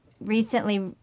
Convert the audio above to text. recently